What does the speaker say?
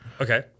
Okay